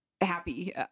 happy